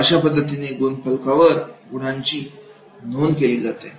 अशा पद्धतीने गुणफलकावर गुणांची नोंद केली जाते